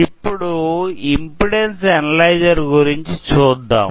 ఇప్పుడు impedance analyser గురించి చూద్దాం